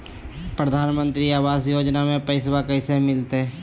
प्रधानमंत्री आवास योजना में पैसबा कैसे मिलते?